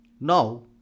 Now